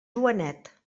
joanet